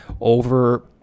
over